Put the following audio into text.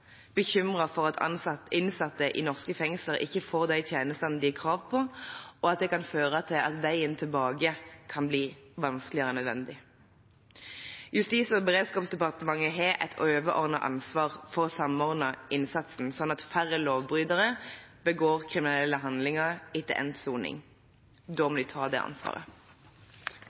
for at innsatte i norske fengsler ikke får de tjenestene de har krav på, og at det kan føre til at veien tilbake kan bli vanskeligere enn nødvendig. Justis- og beredskapsdepartementet har et overordnet ansvar for å samordne innsatsen sånn at færre lovbrytere begår kriminelle handlinger etter endt soning. Da må